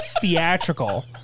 theatrical